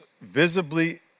visibly